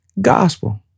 gospel